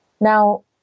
now